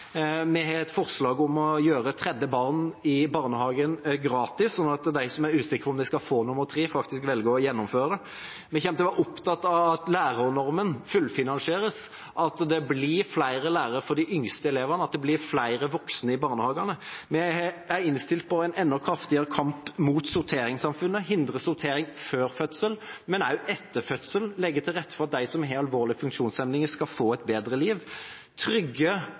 Vi har et forslag om å gjøre tredje barn i barnehagen gratis, sånn at de som er usikre på om de skal få nummer tre, faktisk velger å gjennomføre det. Vi kommer til å være opptatt av at lærernormen fullfinansieres, at det blir flere lærere for de yngste elevene, og at det blir flere voksne i barnehagene. Vi er innstilt på en enda kraftigere kamp mot sorteringssamfunnet: å hindre sortering før fødsel, men også etter fødsel, og legge til rette for at de som har alvorlige funksjonshemninger, skal få et bedre liv. Vi ønsker trygge